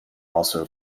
also